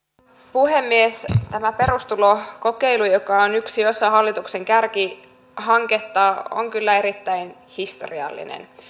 puhemies tämä perustulokokeilu joka on yksi osa hallituksen kärkihanketta on kyllä erittäin historiallinen